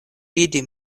vidi